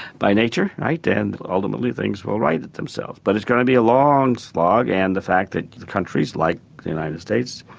by nature, right, and ultimately things will right themselves. but it's going to be a long slog and the fact that countries like the united states,